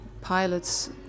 pilots